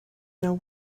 now